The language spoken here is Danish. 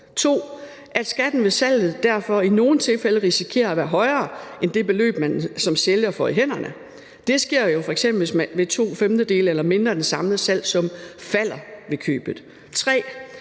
2) at skatten ved salget derfor i nogle tilfælde risikerer at være højere end det beløb, man som sælger får i hænderne – det sker jo f.eks., hvis to femtedele eller mindre af den samlede salgssum falder ved købet, 3)